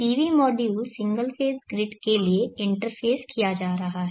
PV module single phase grid के लिए interface किया जा रहा है